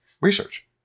research